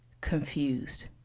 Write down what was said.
confused